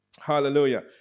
Hallelujah